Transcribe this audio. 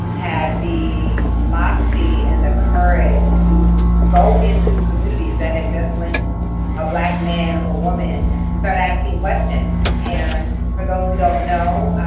had the moxie and the courage to go into communities that had just lynched a black man or woman and start asking questions. and for those who don't know,